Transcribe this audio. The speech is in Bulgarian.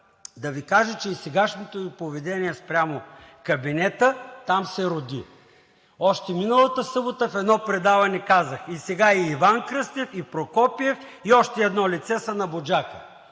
да Ви Кажа, че и сегашното Ви поведение спрямо кабинета там се роди. Още миналата събота в едно предаване казах – сега и Иван Кръстев, и Прокопиев, и още едно лице са на „Буджака“,